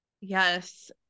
Yes